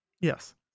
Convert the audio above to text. Yes